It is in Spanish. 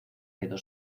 quedó